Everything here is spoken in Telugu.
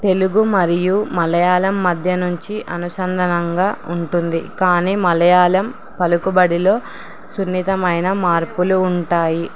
తెలుగు మరియు మలయాళం మధ్య నుంచి అనుసంధానంగా ఉంటుంది కానీ మలయాళం పలుకుబడిలో సున్నితమైన మార్పులు ఉంటాయి